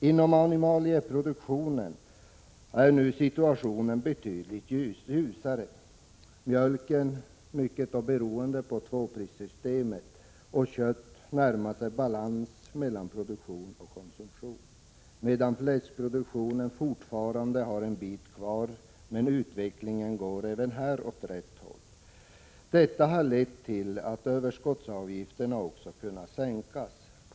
Inom animalieproduktionen är läget mycket ljusare, vilket beträffande mjölken till stor del beror på tvåprissystemet. För kött närmar vi oss en balans mellan produktion och konsumtion. Fläskproduktionen har fortfarande en bit kvar, men utvecklingen går även här åt rätt håll. Detta har lett till att överskottsavgifterna har kunnat sänkas.